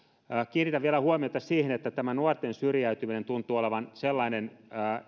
kiinnitän vielä huomiota siihen että tämä nuorten syrjäytyminen tuntuu olevan sellainen